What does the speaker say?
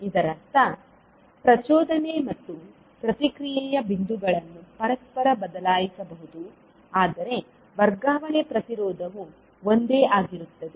ಇದರರ್ಥ ಪ್ರಚೋದನೆ ಮತ್ತು ಪ್ರತಿಕ್ರಿಯೆಯ ಬಿಂದುಗಳನ್ನು ಪರಸ್ಪರ ಬದಲಾಯಿಸಬಹುದು ಆದರೆ ವರ್ಗಾವಣೆ ಪ್ರತಿರೋಧವು ಒಂದೇ ಆಗಿರುತ್ತದೆ